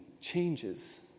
changes